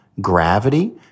gravity